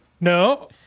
No